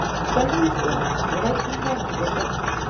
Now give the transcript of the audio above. stanley's last white companion was gone!